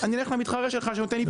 אני אלך למתחרה שלך שנותן לי פחות.